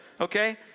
okay